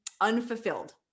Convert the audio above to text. unfulfilled